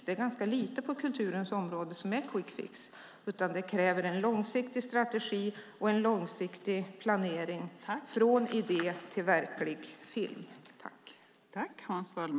Det är ganska lite på kulturens område som är quick fix. Det kräver en långsiktig strategi och en långsiktig planering från idé till verklig film.